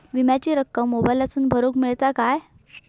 विमाची रक्कम मोबाईलातसून भरुक मेळता काय?